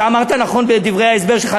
אתה אמרת נכון בדברי ההסבר שלך.